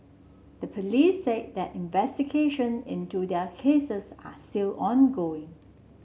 the police said that investigation into their cases are still ongoing